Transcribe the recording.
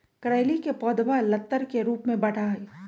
करेली के पौधवा लतर के रूप में बढ़ा हई